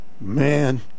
Man